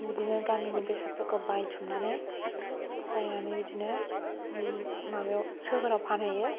बिदिनो गामिनि बेसादफोरखौ बायथुमनानै बायनानै बिदिनो माबायाव सोहोराव फानहैयो